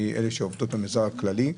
מאלה שעובדות במגזר הכללי.